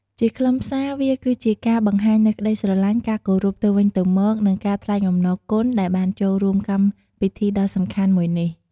ជាខ្លឹមសារ វាគឺជាការបង្ហាញនូវក្តីស្រឡាញ់ ការគោរពទៅវិញទៅមក និងការថ្លែងអំណរគុណដែលបានចូលរួមកម្មពីធីដ៍សំខាន់មួយនេះ។